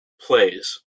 plays